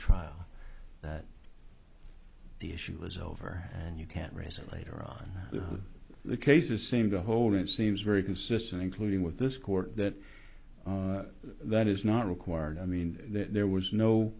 trial that the issue was over and you can't raise it later on the cases seem to hold it seems very consistent including with this court that that is not required i mean that there was no